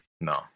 No